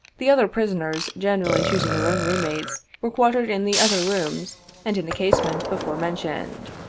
the other prisoners, generally choosing their own room-mates, were quartered in the other rooms and in the casemate before mentioned.